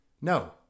No